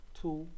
two